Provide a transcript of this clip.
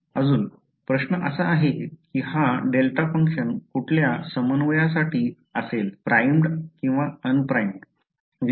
तर प्रश्न असा आहे की हा डेल्टा फंक्शन कुठल्या समन्वयासाठी primed किंवा un primed आहे